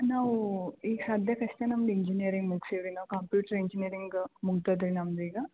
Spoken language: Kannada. ನಾವು ಈಗ ಸದ್ಯಕ್ಕಷ್ಟೇ ನಮ್ದು ಇಂಜಿನಿಯರಿಂಗ್ ಮುಗ್ಸೀವಿ ರೀ ನಾವು ಕಂಪ್ಯೂಟ್ರು ಇಂಜಿನಿಯರಿಂಗ್ ಮುಗ್ದಿದ್ರಿ ನಮ್ದು ಈಗ